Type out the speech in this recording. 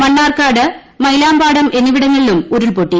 മണ്ണാർക്കാട് മയിലാംപാടം എന്നിവിടങ്ങളിലും ഉരുൾപൊട്ടി